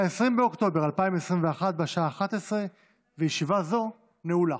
20 באוקטובר 2021, בשעה 11:00. ישיבה זו נעולה.